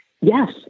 Yes